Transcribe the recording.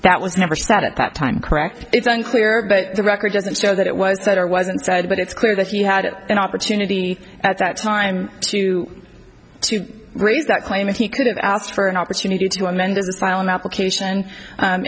that was never sat at that time correct it's unclear but the record doesn't show that it was said or wasn't said but it's clear that he had an opportunity at that time to to raise that claim and he could have asked for an opportunity to amend his asylum application